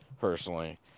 personally